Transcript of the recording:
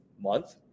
month